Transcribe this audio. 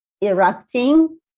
erupting